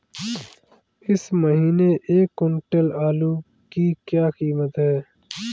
इस महीने एक क्विंटल आलू की क्या कीमत है?